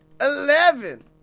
eleven